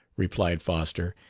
replied foster,